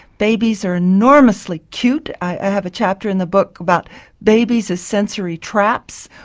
babies are enormously cute, i have a chapter in the book about babies as sensory traps,